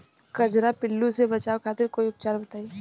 कजरा पिल्लू से बचाव खातिर कोई उपचार बताई?